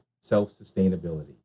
self-sustainability